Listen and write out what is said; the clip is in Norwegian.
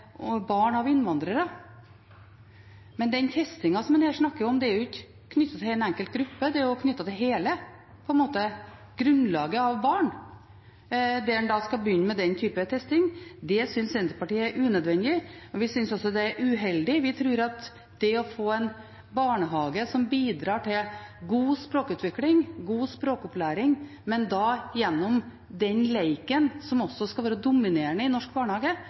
barn av innvandrere. Men den testingen som han her snakker om, er ikke knyttet til en enkelt gruppe, det er knyttet til hele grunnlaget av barn, der en da skal begynne med den type testing. Det synes Senterpartiet er unødvendig, og vi synes også det er uheldig. Vi tror at det å få en barnehage som bidrar til god språkutvikling, god språkopplæring, men da gjennom den leken som også skal være dominerende i norsk barnehage,